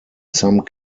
some